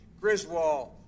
griswold